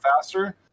faster